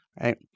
right